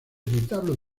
retablo